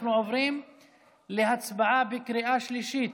אנחנו עוברים להצבעה בקריאה שלישית.